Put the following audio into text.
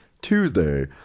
tuesday